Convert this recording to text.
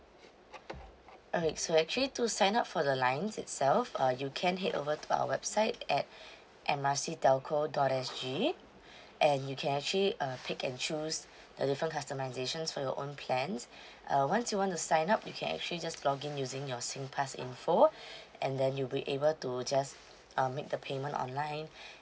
okay so actually to sign up for the lines itself uh you can head over to our website at M R C telco dot S_G and you can actually uh pick and choose the different customisations for your own plans uh once you want to sign up you can actually just login using your singpass info and then you'll be able to just um make the payment online